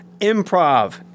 Improv